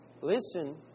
Listen